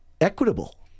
equitable